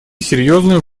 серьезную